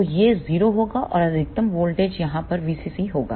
तो यह 0 होगा औरअधिकतम वोल्टेज यहाँ पर VCC होगा